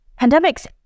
pandemics